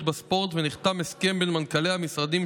בספורט ונחתם הסכם בין מנכ"לי המשרדים,